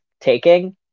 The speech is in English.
taking